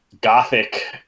gothic